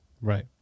Right